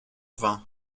vin